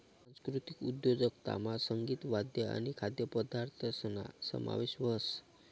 सांस्कृतिक उद्योजकतामा संगीत, वाद्य आणि खाद्यपदार्थसना समावेश व्हस